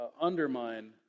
undermine